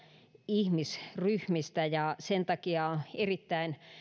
ihmisryhmistä ja sen takia on erittäin